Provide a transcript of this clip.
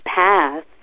path